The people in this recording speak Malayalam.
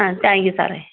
ആ താങ്ക്യൂ സാറേ